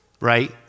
right